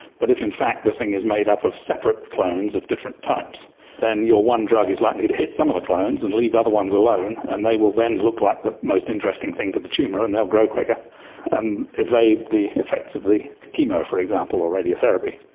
but if in fact the thing is made up of separate clones of different types then your one drug is likely to hit some of the clones and leave other ones alone and they will then look like the most interesting thing to the tumour and they will grow quicker and evade the effects of the chemo, for example, or radiotherapy,